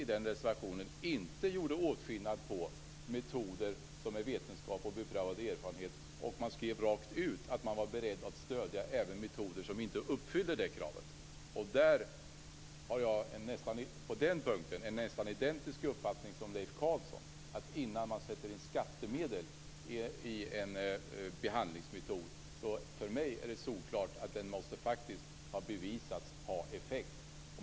I den reservationen gjorde man inte åtskillnad på metoder som är grundade på vetenskap och beprövad erfarenhet och metoder som inte uppfyller det kravet. Man skrev uttryckligt att man var beredd att stödja sådana metoder. På den punkten har jag en nästan identisk uppfattning som Leif Carlson har, att innan man satsar skattemedel i en behandlingsmetod är det för mig solklart att det måste bevisas att den har effekt.